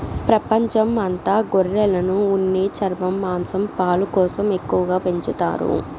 ప్రపంచం అంత గొర్రెలను ఉన్ని, చర్మం, మాంసం, పాలు కోసం ఎక్కువగా పెంచుతారు